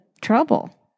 trouble